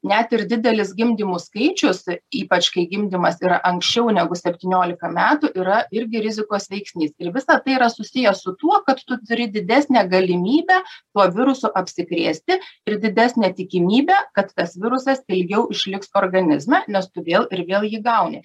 net ir didelis gimdymų skaičius ypač kai gimdymas yra anksčiau negu septyniolika metų yra irgi rizikos veiksnys ir visa tai yra susiję su tuo kad tu turi didesnę galimybę tuo virusu apsikrėsti ir didesnę tikimybę kad tas virusas ilgiau išliks organizme nes todėl ir vėl jį gauni